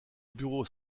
bureau